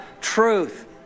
truth